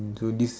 so this